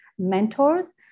mentors